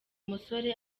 musore